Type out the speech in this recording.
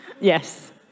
yes